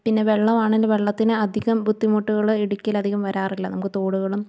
പിന്നെ വെള്ളം ആണേലും വെള്ളത്തിന് അധികം ബുദ്ധിമുട്ടുകള് ഇടുക്കിലധികം വരാറില്ല നമുക്ക് തോടുകളും